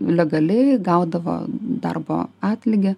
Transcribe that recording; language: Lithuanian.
legaliai gaudavo darbo atlygį